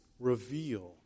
reveal